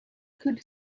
could